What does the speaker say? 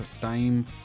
time